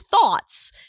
thoughts